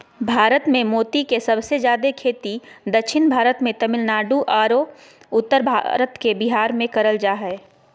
भारत मे मोती के सबसे जादे खेती दक्षिण भारत मे तमिलनाडु आरो उत्तर भारत के बिहार मे करल जा हय